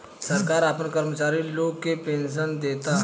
सरकार आपना कर्मचारी लोग के पेनसन देता